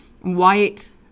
white